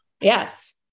yes